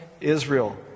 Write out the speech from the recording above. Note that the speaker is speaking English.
Israel